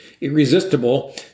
irresistible